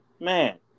man